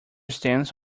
stance